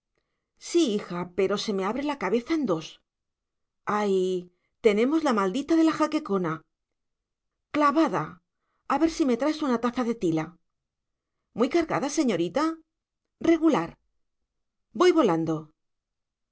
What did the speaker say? sí hija pero se me abre la cabeza en dos ay tenemos la maldita de la jaquecona clavada a ver si me traes una taza de tila muy cargada señorita regular voy volando